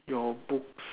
your books